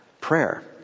prayer